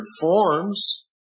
forms